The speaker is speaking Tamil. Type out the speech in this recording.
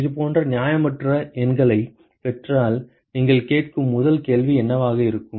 இதுபோன்ற நியாயமற்ற எண்களைப் பெற்றால் நீங்கள் கேட்கும் முதல் கேள்வி என்னவாக இருக்கும்